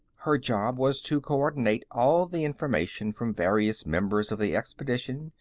her job was to co-ordinate all the information from various members of the expedition,